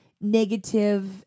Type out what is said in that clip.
negative